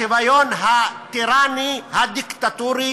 השוויון הטיראני, הדיקטטורי